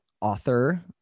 author